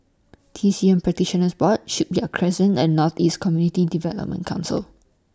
T C M Practitioners Board Shipyard Crescent and North East Community Development Council